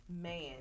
Man